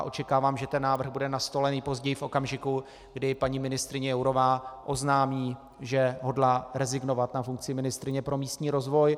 Očekávám, že návrh bude na stole nejpozději v okamžiku, kdy paní ministryně Jourová oznámí, že hodlá rezignovat na funkci ministryně pro místní rozvoj.